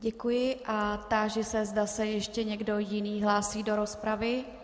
Děkuji a táži se, zda se ještě někdo jiný hlásí do rozpravy.